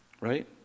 Right